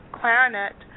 clarinet